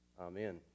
Amen